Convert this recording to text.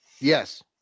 Yes